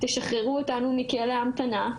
שחררו אותנו מכלא ההמתנה,